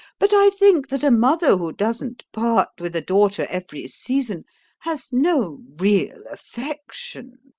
but i think that a mother who doesn't part with a daughter every season has no real affection.